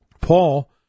Paul